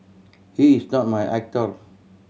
he is not my actor